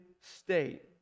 state